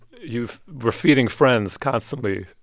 you were feeding friends constantly,